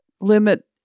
limit